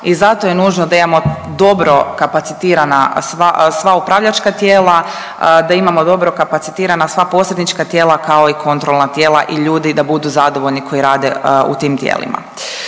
i zato je dužno da imamo dobro kapacitirana sva upravljačka tijela, da imamo dobro kapacitirana sva posrednička tijela, kao i kontrolna tijela i ljudi da budu zadovoljni koji rade u tim tijelima.